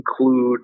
include